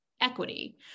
equity